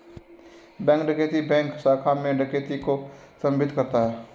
bank डकैती bank शाखा में डकैती को संदर्भित करता है